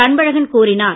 அன்பழகன் கூறினார்